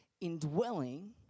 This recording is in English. indwelling